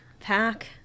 Pack